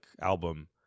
album